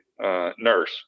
nurse